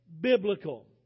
biblical